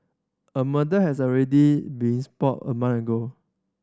a murder has already been spotted a month ago